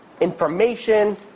Information